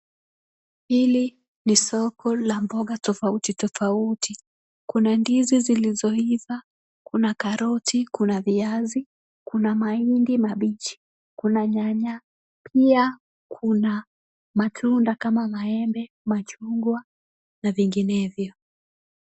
Hili ni soko la mboga tofauti tofauti. Kuna ndizi zilizoiva, kuna karoti, kuna viazi, mahindi mabichi, kuna nyanya pia kuna matunda kama maembe, machungwa na vinginevyo.